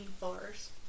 bars